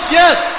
yes